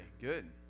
good